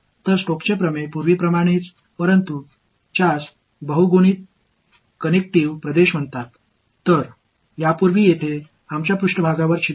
எனவே முன்னர் இங்கே எங்கள் மேற்பரப்பில் துளை இருந்தது அதாவது ஒரே மாதிரியான எந்த துளைகளும் அதில் இல்லை